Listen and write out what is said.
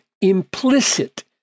implicit